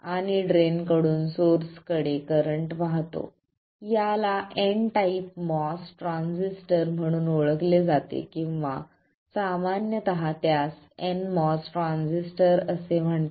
आणि ड्रेन कडून सोर्स कडे करंट वाहतो याला एन टाइप MOS ट्रान्झिस्टर म्हणून ओळखले जाते किंवा सामान्यत त्यास nMOS ट्रान्झिस्टर असे म्हणतात